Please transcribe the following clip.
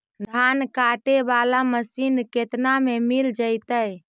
धान काटे वाला मशीन केतना में मिल जैतै?